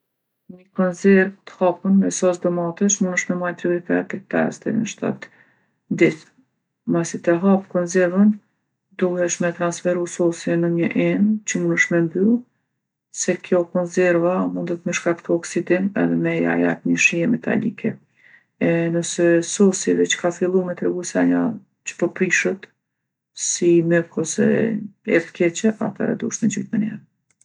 Ni konzerve t'hapun me sos domatesh munesh me majtë n'frigorifer për pesë deri n'shtatë ditë. Masi te hap konzervën, duhesh me transferu sosin në ni enë që munësh me mbyll se kjo konzerva mundet me shkaktu oksidim edhe me ja jep ni shije metalike. E nëse sosi veç ka fillu me tregu shenja që po prishet, si myk ose erë t'keqe, athere duhesh me gjujtë meniher.